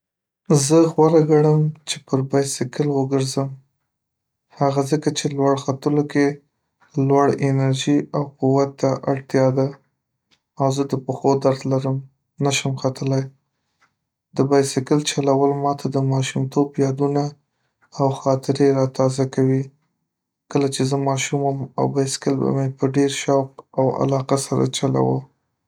زه غوره ګڼم چې پر بایسکل وګرځم هغه ځکه چې لوړ ختلو کې لوړ انرژي او قوت ته اړتیا ده او زه د پښو درد لرم نشم ختلی. د بایسکل چلول ماته د ماشومتوب یادونه او خاطري را تازه کوي کله، چې زه ماشوم وم او بایسکل به مې په ډیر شوق او علاقه سره چلوه.